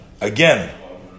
again